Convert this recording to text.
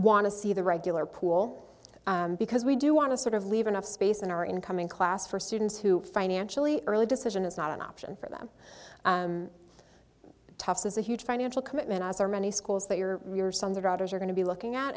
want to see the regular pool because we do want to sort of leave enough space in our incoming class for students who financially early decision is not an option for them toughs is a huge financial commitment as are many schools that your sons or daughters are going to be looking at